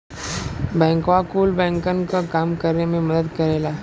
बैंकवा कुल बैंकन क काम करे मे मदद करेला